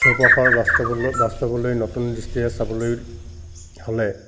চৌপাশৰ বাস্তৱলৈ বাস্তৱলৈ নতুন দৃষ্টিৰে চাবলৈ হ'লে